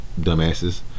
dumbasses